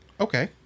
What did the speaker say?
Okay